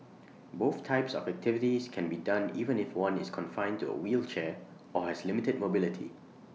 both types of activities can be done even if one is confined to A wheelchair or has limited mobility